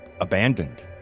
abandoned